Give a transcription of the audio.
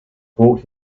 brought